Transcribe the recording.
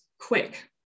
quick